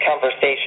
conversation